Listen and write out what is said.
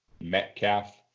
Metcalf